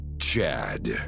Chad